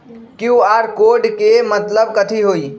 QR code के मतलब कथी होई?